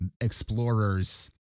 explorers